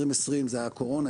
2020 זה היה הקורונה,